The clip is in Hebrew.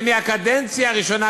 זה מהקדנציה הראשונה,